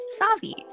Savi